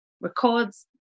records